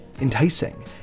enticing